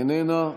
איננה,